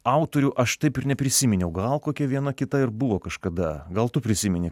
autorių aš taip ir neprisiminiau gal kokia viena kita ir buvo kažkada gal tu prisimeni